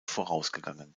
vorausgegangen